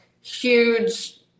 huge